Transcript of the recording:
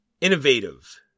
Innovative